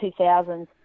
2000s